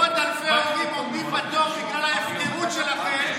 כשמאות אלפי הורים עומדים בתור בגלל ההפקרות שלכם?